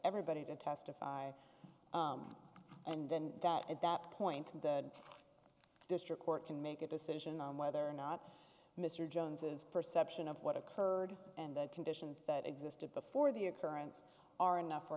everybody to testify and then at that point the district court can make a decision on whether or not mr jones's perception of what occurred and the conditions that existed before the occurrence are enough for